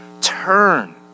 turn